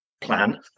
plan